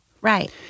Right